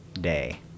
day